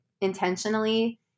intentionally